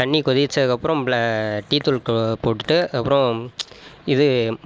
தண்ணீ கொதிச்சத்துக்கு அப்புறம் டீத்தூள் போட்டுட்டு அதுக்கு அப்புறம் இது